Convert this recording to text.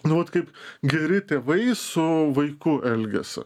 nu vat kaip geri tėvai su vaiku elgiasi